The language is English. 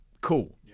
cool